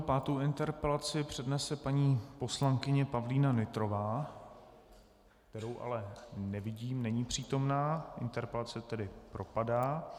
Pátou interpelaci přednese paní poslankyně Pavlína Nytrová, kterou ale nevidím, není přítomna, interpelace tedy propadá.